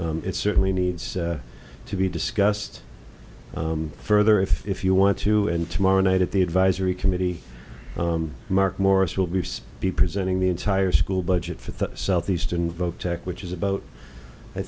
it certainly needs to be discussed further if you want to end tomorrow night at the advisory committee mark morris will be be presenting the entire school budget for the southeast invoke tech which is about i